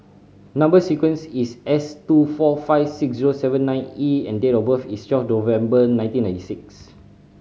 number sequence is S two four five six zero seven nine E and date of birth is twelve November nineteen ninety six